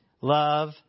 love